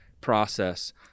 process